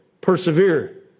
persevere